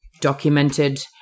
documented